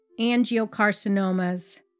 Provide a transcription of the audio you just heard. angiocarcinomas